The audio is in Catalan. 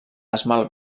esmalt